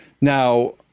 Now